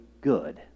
good